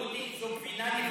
דודי, זאת גבינה לבנה.